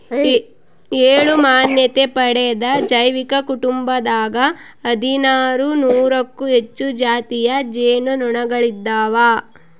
ಏಳು ಮಾನ್ಯತೆ ಪಡೆದ ಜೈವಿಕ ಕುಟುಂಬದಾಗ ಹದಿನಾರು ನೂರಕ್ಕೂ ಹೆಚ್ಚು ಜಾತಿಯ ಜೇನು ನೊಣಗಳಿದಾವ